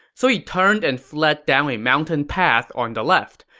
so he turned and fled down a mountain path on the left.